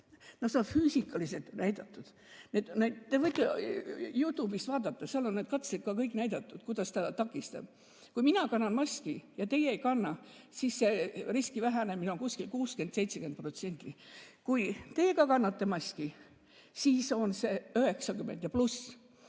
no see on füüsikaliselt [tõestatud]. Te võite YouTube'ist vaadata, seal on katsetega näidatud, kuidas ta takistab. Kui mina kannan maski ja teie ei kanna, siis riski vähenemine on kuskil 60–70%. Kui teie ka kannate maski, siis on see 90